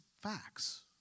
facts